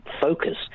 focus